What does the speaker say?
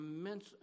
immense